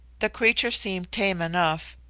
the creature seemed tame enough,